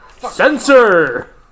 Sensor